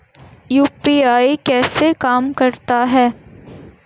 UPI कैसे काम करता है?